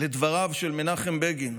לדבריו של מנחם בגין